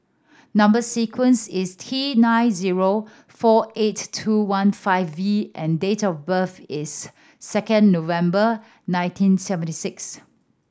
number sequence is T nine zero four eight two one five V and date of birth is second November nineteen seventy six